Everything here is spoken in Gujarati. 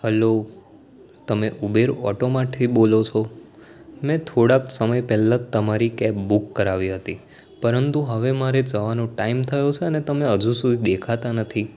હલો તમે ઉબેર ઓટોમાંથી બોલો છો મેં થોડાક સમય પહેલાં જ તમારી કેબ બુક કરાવી હતી પરંતુ હવે મારે જવાનો ટાઈમ થયો છે ને અને તમે હજુ સુધી દેખાતા નથી